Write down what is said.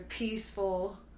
peaceful